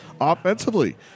offensively